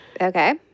Okay